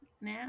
now